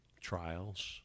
trials